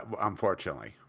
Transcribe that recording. Unfortunately